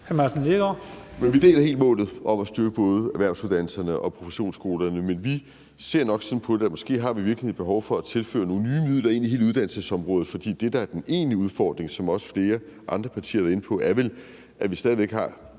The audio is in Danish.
Vi deler helt målet om at styrke både erhvervsuddannelserne og professionsskolerne. Men vi ser nok sådan på det, at vi måske i virkeligheden har et behov for at tilføre nogle nye midler ind i hele uddannelsesområdet. For det, der er den egentlige udfordring, som også flere andre partier har været inde på, er vel, at vi stadig væk